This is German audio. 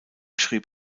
schrieb